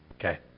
Okay